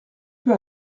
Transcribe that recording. peu